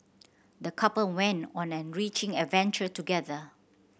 the couple went on an enriching adventure together